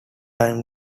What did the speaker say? time